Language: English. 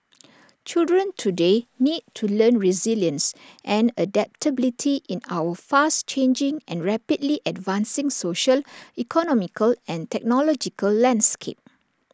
children today need to learn resilience and adaptability in our fast changing and rapidly advancing social economical and technological landscape